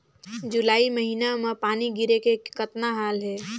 जुलाई महीना म पानी गिरे के कतना हाल हे?